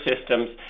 systems